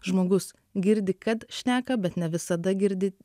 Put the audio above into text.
žmogus girdi kad šneka bet ne visada girdi